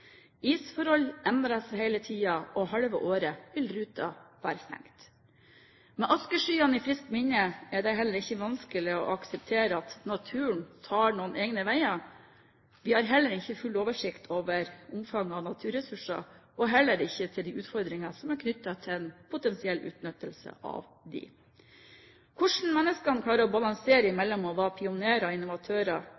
Isforhold endrer seg hele tiden, og halve året vil ruten være stengt. Med askeskyene i friskt minne er det heller ikke vanskelig å akseptere at naturen tar noen egne veier. Vi har ikke full oversikt over omfanget av naturressurser og heller ikke over de utfordringene som er knyttet til potensiell utnyttelse av dem. Hvordan menneskene klarer å balansere